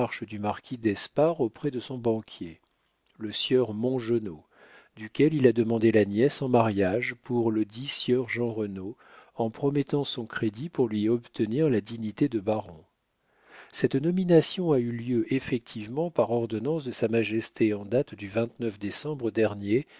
du marquis d'espard auprès de son banquier le sieur mongenod duquel il a demandé la nièce en mariage pour ledit sieur jeanrenaud en promettant son crédit pour lui obtenir la dignité de baron cette nomination a eu lieu effectivement par ordonnance de sa majesté en date du décembre dernier